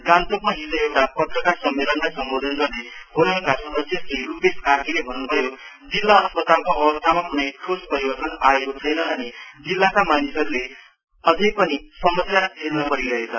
गान्तोकमा हिज एउटा पत्रकार सम्मेलनलाई सम्बोधन गर्दै फोरमका सदस्य श्री रुपेश कार्कीले भन्नुभयोजिल्ला अस्पतालको अवस्थामा कुना ठोस परिर्वतन आएकोल छैन अनि जिल्लाका मानिसहरुले अझै पनि समस्या झेल्न परिरहेछ